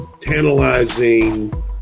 tantalizing